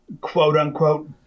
quote-unquote